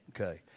Okay